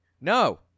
no